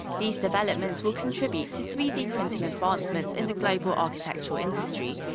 these developments will contribute to three d printing advancements in the global architectural industry.